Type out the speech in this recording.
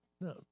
No